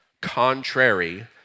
contrary